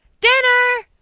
dinner!